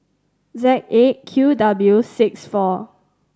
Z Eight Q W six four